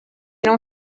non